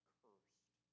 cursed